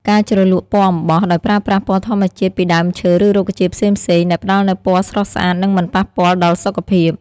ការជ្រលក់ពណ៌អំបោះ ដោយប្រើប្រាស់ពណ៌ធម្មជាតិពីដើមឈើ ឬរុក្ខជាតិផ្សេងៗ ដែលផ្តល់នូវពណ៌ស្រស់ស្អាត និងមិនប៉ះពាល់ដល់សុខភាព។